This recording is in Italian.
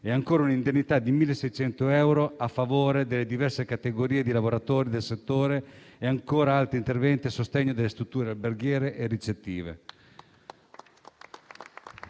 e, ancora, un'indennità di 1.600 euro a favore delle diverse categorie di lavoratori del settore e altri interventi a sostegno delle strutture alberghiere e ricettive.